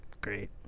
Great